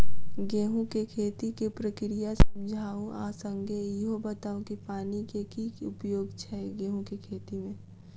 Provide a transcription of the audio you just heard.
गेंहूँ केँ खेती केँ प्रक्रिया समझाउ आ संगे ईहो बताउ की पानि केँ की उपयोग छै गेंहूँ केँ खेती में?